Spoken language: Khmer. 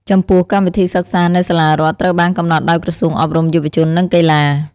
ចំពោះ កម្មវិធីសិក្សានៅសាលារដ្ឋត្រូវបាន កំណត់ដោយក្រសួងអប់រំ យុវជន និងកីឡា។